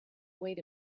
wait